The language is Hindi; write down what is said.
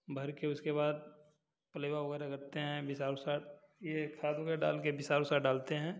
भर कर उसके बाद फुलैवा वगैरह करते हैं बिसार वुसार ये खाद वगैरह डाल कर बिसार वुसार डालते हैं